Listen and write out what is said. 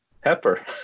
Pepper